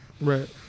Right